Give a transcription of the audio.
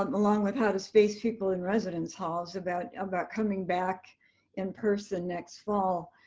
along with how the space people in residence halls, about about coming back in person next fall.